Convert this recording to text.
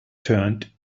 turned